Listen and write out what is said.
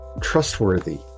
trustworthy